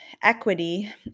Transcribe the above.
Equity